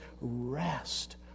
rest